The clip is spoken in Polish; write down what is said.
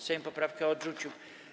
Sejm poprawkę odrzucił.